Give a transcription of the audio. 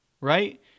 right